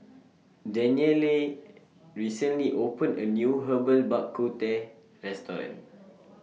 Danyelle recently opened A New Herbal Bak Ku Teh Restaurant